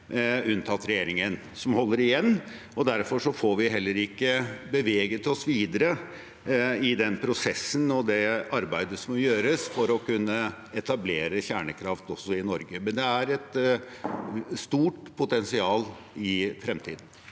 unntatt regjeringen, som holder igjen. Derfor får vi heller ikke beveget oss videre i den prosessen og det arbeidet som gjøres for å kunne etablere kjernekraft også i Norge. Men det er et stort potensial i det i fremtiden.